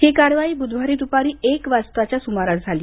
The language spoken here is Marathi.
ही कारवाई बुधवारी द्पारी एक वाजताच्या सुमारास करण्यात आली